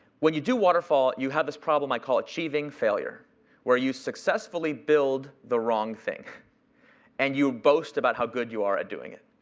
when you do waterfall, you have this problem i call achieving failure where you successfully build the wrong thing and you boast about how good you are at doing it.